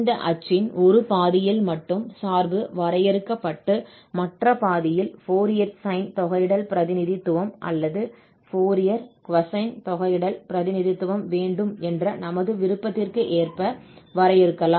இந்த அச்சின் ஒரு பாதியில் மட்டும் சார்பு வரையறுக்கப்பட்டு மற்ற பாதியில் ஃபோரியர் sine தொகையிடல் பிரதிநிதித்துவம் அல்லது ஃபோரியர் cosine தொகையிடல் பிரதிநிதித்துவம் வேண்டும் என்ற நமது விருப்பத்திற்கு ஏற்ப வரையறுக்கலாம்